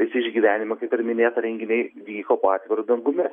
visi išgyvenimo kaip ir minėta renginiai vyko po atviru dangumi